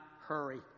hurry